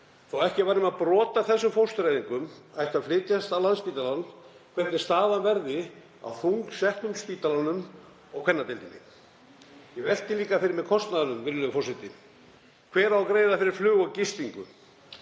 þótt ekki væri nema að brot af þessum fóstureyðingum ætti að flytjast á Landspítalann, hvernig staðan verði á þungsetnum spítalanum og kvennadeildinni. Ég velti líka fyrir mér kostnaðinum, virðulegur forseti: Hver á að greiða fyrir flug og gistingu?